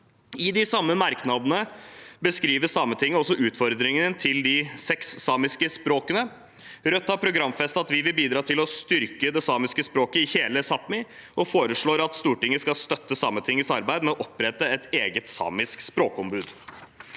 grad. I merknadene beskriver Sametinget også utfordringene til de seks samiske språkene. Vi i Rødt har programfestet at vi vil bidra til å styrke det samiske språket i hele Sápmi, og vi foreslår at Stortinget skal støtte Sametingets arbeid med å opprette et eget samisk språkombud.